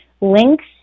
links